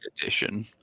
edition